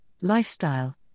lifestyle